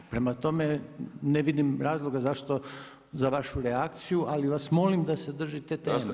Prema tome ne vidim razloga zašto, za vašu reakciju ali vas molim da se držite teme.